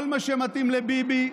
כל מה שמתאים לביבי,